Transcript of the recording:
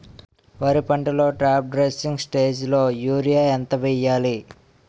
వరి పంటలో top dressing స్టేజిలో యూరియా ఎంత వెయ్యాలి?